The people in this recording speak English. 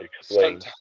explain